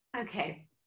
Okay